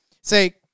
say